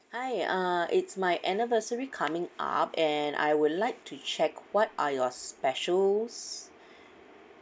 hi uh it's my anniversary coming up and I would like to check what are your specials